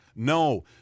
No